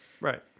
Right